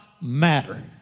matter